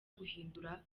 guhindura